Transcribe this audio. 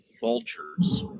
vultures